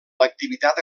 l’activitat